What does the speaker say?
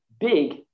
big